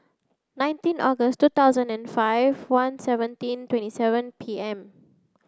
nineteen August two thousand and five one seventeen twenty seven P M